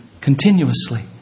continuously